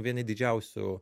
vieni didžiausių